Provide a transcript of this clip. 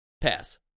Pass